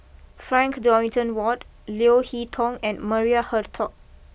Frank Dorrington Ward Leo Hee Tong and Maria Hertogh